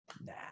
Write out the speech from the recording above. Nah